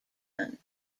gun